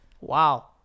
Wow